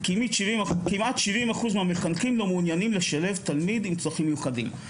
כמעט 70% מהמחנכים לא מעוניינים לשלב תלמיד עם צרכים מיוחדים.